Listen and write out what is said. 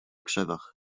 krzewach